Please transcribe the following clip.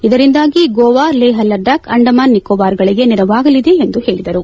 ಇದರಿಂದಾಗಿ ಗೋವಾ ಲೇಹ್ ಲಡಾಬ್ ಅಂಡಮಾನ್ ನಿಕೋಬಾರ್ಗಳಗೆ ನೆರವಾಗಲಿದೆ ಎಂದು ಹೇಳಿದರು